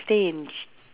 stay in